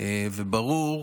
ברור,